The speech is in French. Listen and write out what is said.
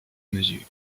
mesure